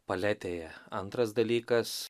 paletėje antras dalykas